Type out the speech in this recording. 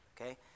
okay